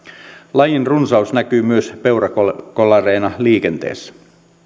lajin runsaus näkyy myös peurakolareina liikenteessä